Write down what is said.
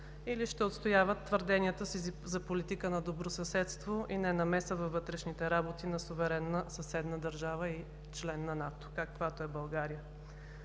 или ще отстояват твърденията си за политика на добросъседство и ненамеса във вътрешните работи на суверенна съседна държава и член на НАТО, каквато е България.